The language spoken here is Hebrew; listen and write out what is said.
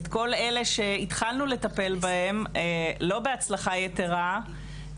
את כל אלה שהתחלנו לטפל בהן לא בהצלחה יתרה,